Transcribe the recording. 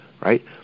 right